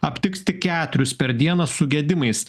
aptiks tik keturis per dieną su gedimais